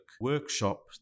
workshop